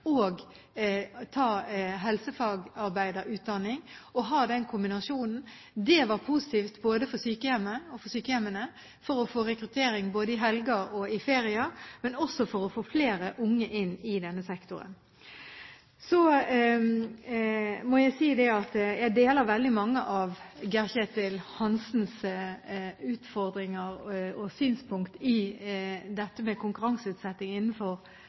og som kunne tenke seg å kombinere det å jobbe på sykehjem med å ta helsefagutdanning. Det er positivt for sykehjemmene, som får rekruttering både i helger og i ferier, men også får flere unge inn i denne sektoren. Så må jeg si at jeg deler veldig mange av Geir-Ketil Hansens synspunkter på utfordringer når det gjelder dette med konkurranseutsetting innenfor